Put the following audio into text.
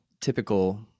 typical